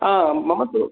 आ मम तु